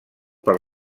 per